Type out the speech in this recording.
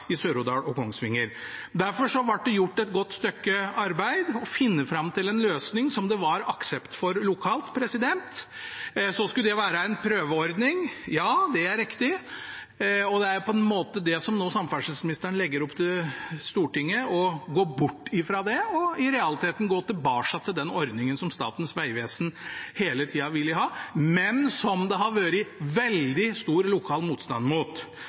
i Sør-Odal og Kongsvinger. Derfor ble det gjort et godt stykke arbeid med å finne fram til en løsning som det var aksept for lokalt. Det skulle være en prøveordning, det er riktig. Det er på en måte det samferdselsministeren nå legger opp til Stortinget å gå bort fra, og i realiteten gå tilbake igjen til den ordningen som Statens vegvesen hele tida har villet ha, men som det har vært veldig stor lokal motstand mot.